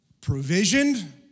provisioned